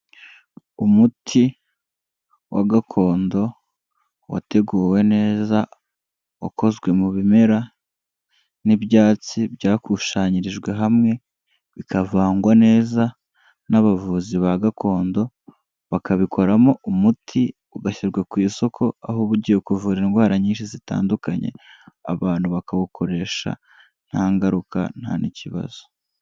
Umuti wa gakondo wateguwe neza ukozwe mu bimera n'ibyatsi byakusanyirijwe hamwe bikavangwa neza n'abavuzi ba gakondo bakabikoramo umuti ugashyirwa ku isoko, aho bugiye kuvura indwara nyinshi zitandukanye abantu bakawukoresha nta ngaruka nta n'ikibazo.